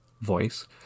voice